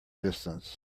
distance